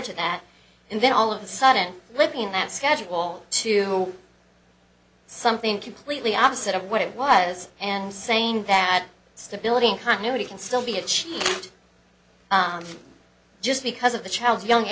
to that and then all of the sudden leap in that schedule to something completely opposite of what it was and saying that stability and continuity can still be achieved just because of the child's young